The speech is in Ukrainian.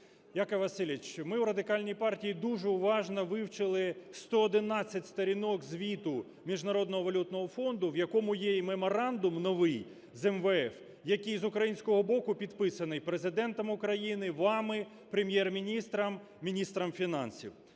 Яків Васильович, ми у Радикальній партії дуже уважно вивчили 111 сторінок Звіту Міжнародного валютного фонду, в якому є і меморандум новий з МВФ, який з українського боку підписаний Президентом України, вами, Прем'єр-міністром, міністром фінансів.